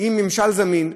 עם ממשל זמין,